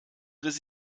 riss